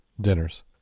dinners